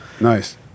Nice